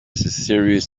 serious